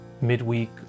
midweek